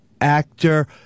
actor